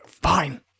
fine